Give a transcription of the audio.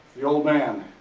the old man,